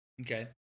Okay